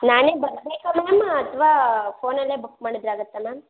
ನಾನೇ ಬರಬೇಕಾ ಮ್ಯಾಮ್ ಅಥವಾ ಫೋನಲ್ಲೇ ಬುಕ್ ಮಾಡಿದ್ರೆ ಆಗುತ್ತಾ ಮ್ಯಾಮ್